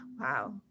Wow